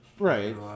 Right